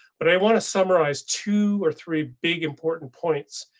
but i want to summarize two or three big important points.